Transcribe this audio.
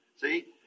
See